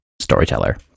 storyteller